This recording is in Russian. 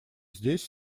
здесь